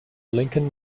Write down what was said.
lincoln